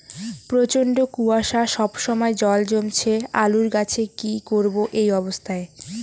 প্রচন্ড কুয়াশা সবসময় জল জমছে আলুর গাছে কি করব এই অবস্থায়?